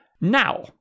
Now